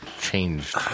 changed